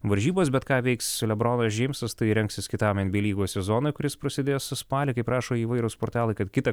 varžybas bet ką veiks le bronas džeimsas tai rengsis kitam enbyei lygos sezonui kuris prasidės spalį kaip rašo įvairūs portalai kad kitą